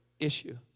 issue